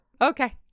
Okay